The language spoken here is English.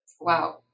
Wow